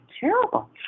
terrible